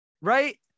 Right